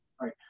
Right